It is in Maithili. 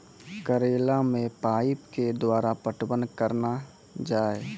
करेला मे पाइप के द्वारा पटवन करना जाए?